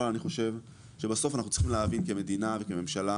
אני חושב שבסוף אנחנו צריכים להבין כמדינה וכממשלה,